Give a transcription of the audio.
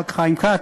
חבר הכנסת חיים כץ,